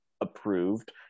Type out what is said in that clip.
approved